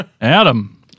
Adam